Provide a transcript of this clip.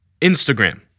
Instagram